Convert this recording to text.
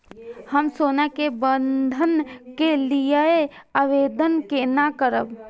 हम सोना के बंधन के लियै आवेदन केना करब?